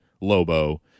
lobo